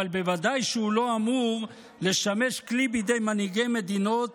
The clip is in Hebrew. אבל בוודאי שהוא לא אמור לשמש כלי בידי מנהיגי מדינות